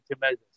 measures